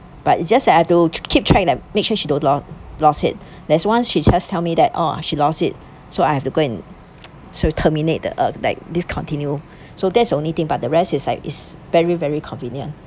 but it's just that I do keep track and make sure she don't lo~ lose it there's once she just tell me that orh she lost it so I have to go and so terminate the uh like discontinue so that's the only thing but the rest is like is very very convenient